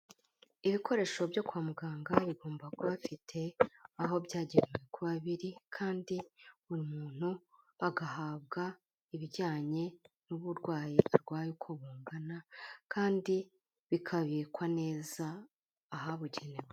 Ibikoresho byo kwa muganga bigomba kuba bifite aho byagenewe kuba biri kandi buri muntu agahabwa ibijyanye n'uburwayi arwaye uko bungana kandi bikabikwa neza ahabugenewe.